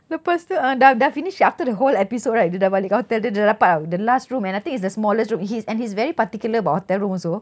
lepas tu dah dah finish after the whole episode right dia dah balik hotel dia dah dapat [tau] the last room and I think it's the smallest room he's and he's very particular about hotel room also